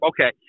Okay